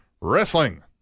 Wrestling